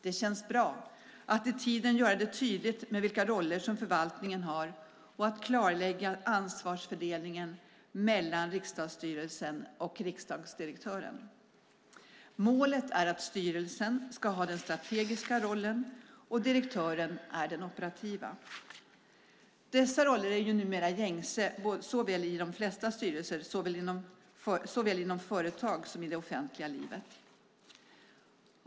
Det känns bra att i tiden göra det tydligt vilka roller förvaltningen har och klarlägga ansvarsfördelningen mellan riksdagsstyrelsen och riksdagsdirektören. Målet är att styrelsen ska ha den strategiska rollen och direktören det operativa. Dessa roller är numera de gängse i de flesta styrelser, såväl inom företag som i det offentliga livet.